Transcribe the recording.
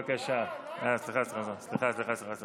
אה, סליחה, סליחה, סליחה.